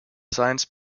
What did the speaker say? science